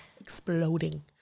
exploding